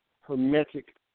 hermetic